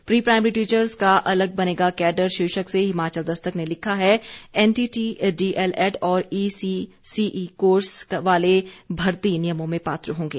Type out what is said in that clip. pre primary teachers का अलग बनेगा कैडर शीर्षक से हिमाचल दस्तक ने लिखा है एनटीटी डीएलएड और ईसीसीई कोर्स वाले भर्ती नियमों में पात्र होंगे